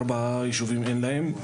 ארבעה יישובים, אין להם.